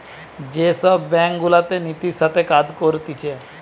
যে সব ব্যাঙ্ক গুলাতে নীতির সাথে কাজ করতিছে